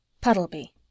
Puddleby